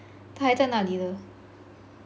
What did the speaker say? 他还在那里的